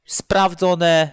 sprawdzone